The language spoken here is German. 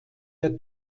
der